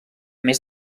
més